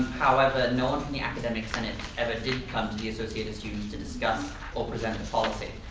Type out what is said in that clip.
however, no one from the academic senate ever did come to the associated students to discuss or present the policy.